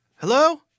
Hello